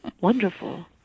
wonderful